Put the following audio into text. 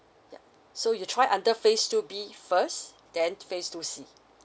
yeah so you try under phase two B first then phase two C